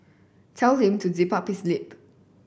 tell him to zip up his lip